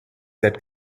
that